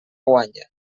guanya